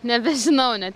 nebežinau ne